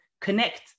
connect